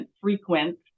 frequent